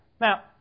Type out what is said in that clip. Now